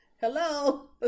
hello